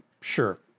sure